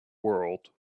world